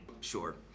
Sure